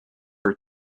are